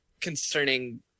concerning